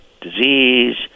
disease